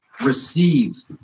receive